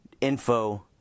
info